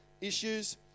issues